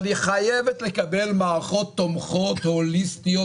אבל היא חייבת לקבל מערכות תומכות הוליסטיות